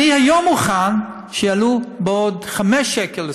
היום אני מוכן שיעלו בעוד חמישה שקלים לסיגריות.